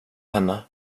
henne